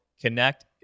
Connect